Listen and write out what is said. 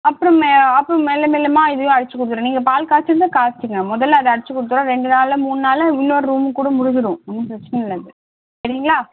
அப்புறம் அப்புறமே மெல்ல மெல்லமாக இதையும் அடித்து கொடுத்தர்றோம் நீங்கள் பால் காச்சுணுன்னா காய்ச்சுங்க முதல்ல அதை அடிச்சு கொடுத்தர்றோம் ரெண்டு நாளில் மூணு நாளில் இன்னொரு ரூமும் கூட முடிஞ்சுரும் ஒன்னும் பிரச்சினை இல்லை சரிங்களா